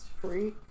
free